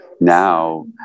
now